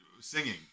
singing